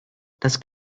das